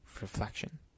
Reflection